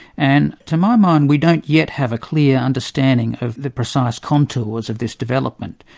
and to my mind, we don't yet have a clear understanding of the precise contours of this development,